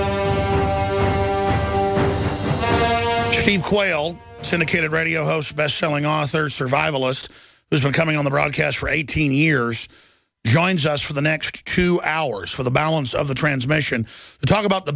quale syndicated radio host best selling author survivalists there's one coming on the broadcast for eighteen years joins us for the next two hours for the balance of the transmission to talk about the